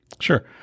Sure